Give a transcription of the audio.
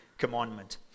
commandment